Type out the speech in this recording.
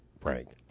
Frank